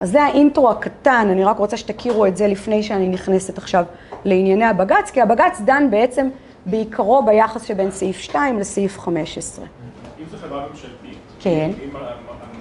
אז זה האינטרו הקטן, אני רק רוצה שתכירו את זה לפני שאני נכנסת עכשיו לענייני הבג"ץ, כי הבג"ץ דן בעצם בעיקרו ביחס שבין סעיף 2 לסעיף 15.